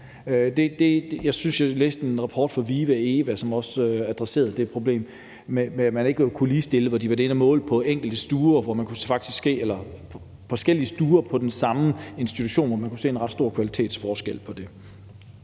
Jeg synes, jeg læste en rapport fra VIVE og EVA, som også adresserede det problem med, at man ikke kunne ligestille, og hvor de havde været inde og måle på forskellige stuer på den samme institution, hvor man kunne se en ret stor kvalitetsforskel. Så min